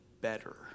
better